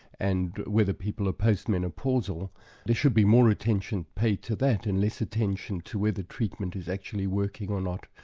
and whether people are post-menopausal there should be more attention paid to that, and less attention to whether treatment is actually working or not.